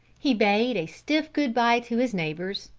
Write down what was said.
he bade a stiff good-bye to his neighbours,